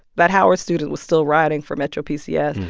that howard student was still writing for metro pcs.